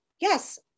yes